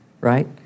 right